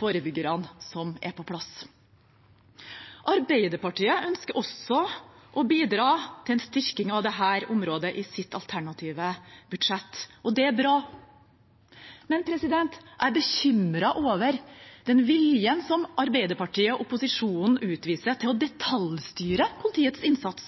forebyggerne som er på plass. Arbeiderpartiet ønsker også å bidra til en styrking av dette området i sitt alternative budsjett. Det er bra. Men jeg er bekymret over den viljen som Arbeiderpartiet og opposisjonen utviser til å detaljstyre politiets innsats.